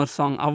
song